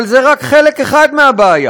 אבל זה רק חלק אחד מהבעיה.